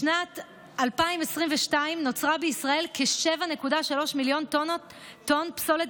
בשנת 2022 נוצרו בישראל כ-7.3 מיליון טונות פסולת